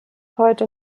heute